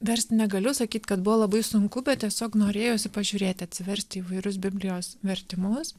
verst negaliu sakyt kad buvo labai sunku bet tiesiog norėjosi pažiūrėti atsiversti įvairius biblijos vertimus